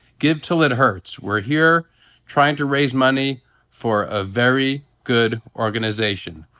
give til it hurts. we're here trying to raise money for a very good organization.